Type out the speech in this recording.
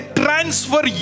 transfer